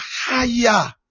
higher